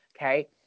okay